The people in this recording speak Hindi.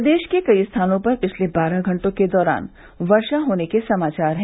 प्रदेश के कई स्थानों पर पिछले बारह घंटों के दौरान वर्षा होने के समाचार हैं